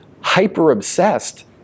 hyper-obsessed